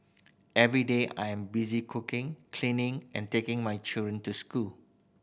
every day I am busy cooking cleaning and taking my children to school